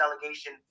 delegation